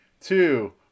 two